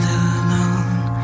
alone